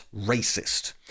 racist